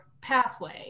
pathway